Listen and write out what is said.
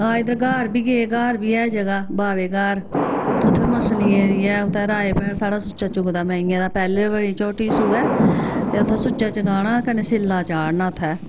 आं इद्धर ग्हार बी गे ग्हार बी ऐ जगह् बाबे ग्हार उ'त्थें मच्छलियें दी ऐं उ'त्थें राजा भैड साढ़ा सुच्चा चुक्कदा मेंहियें दा पैह्ले बारी झोट्टी सूऐ ते उ'त्थें सुच्चा चगाना ते कन्नै छि'ल्ला चाढ़ना उ'त्थें